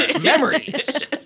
memories